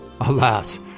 Alas